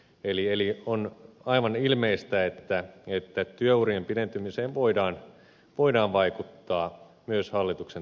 eli on aivan ilmeistä että työurien pidentymiseen voidaan vaikuttaa myös hallituksen toimin